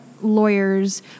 lawyers